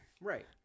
Right